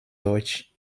deutsch